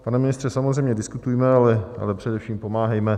No, pane ministře, samozřejmě diskutujme, ale především pomáhejme.